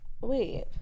Wait